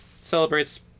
celebrates